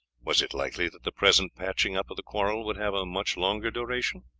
was it likely that the present patching up of the quarrel would have a much longer duration?